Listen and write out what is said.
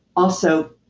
also,